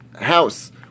house